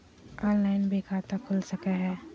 Online भी खाता खूल सके हय?